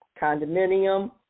condominium